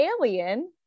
Alien